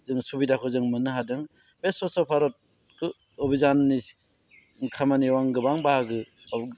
जोङो सुबिदाखौ जों मोननो हादों बे स्वच्च भारत अभिजाननि खामानियाव आं गोबां बाहागो